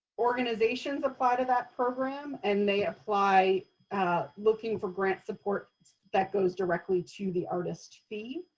organizations apply to that program. and they apply looking for grant support that goes directly to the artist fee.